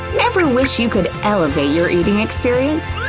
ever wish you could elevate your eating experience?